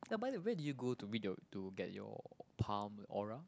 ya by the way did you go to read your to get your palm aura